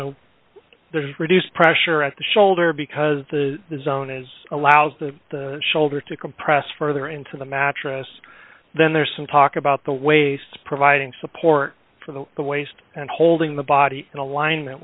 know there's reduced pressure at the shoulder because the zone is allows the shoulder to compress further into the mattress then there's some talk about the waist providing support for the the waist and holding the body in ali